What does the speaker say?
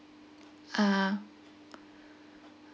(uh huh)